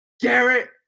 Garrett